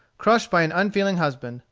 crushed by an unfeeling husband,